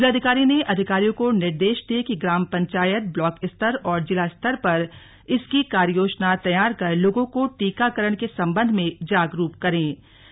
जिलाधिकारी ने अधिकारियों को निर्देश दिए कि ग्राम पंचायत ब्लाक स्तर और जिला स्तर पर इसकी कार्य योजना तैयार कर लोगों को टीकाकरण के संबंध में जागरुक भी किया जाय